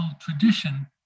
tradition